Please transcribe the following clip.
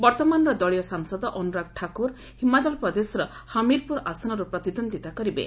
ବର୍ତ୍ତମାନର ଦଳୀୟ ସାଂସଦ ଅନୁରାଗ ଠାକୁର ହିମାଚଳ ପ୍ରଦେଶର ହମିର୍ପୁର ଆସନରୁ ପ୍ରତିଦ୍ୱନ୍ଦିତା କରିବେ